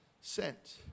sent